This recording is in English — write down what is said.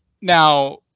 Now